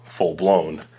full-blown